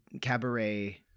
Cabaret